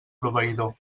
proveïdor